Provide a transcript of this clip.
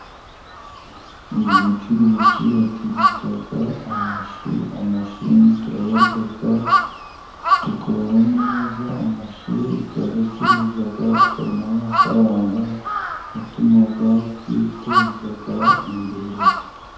Uyu mucuruzi acuruza amashu. Amashu turayarya, tukabaho neza. Amashu turayacuruza, tukabonamo amafaranga yatuma twiteza imbere.